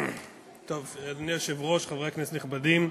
אדוני היושב-ראש, חברי הכנסת הנכבדים,